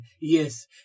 Yes